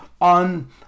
on